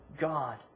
God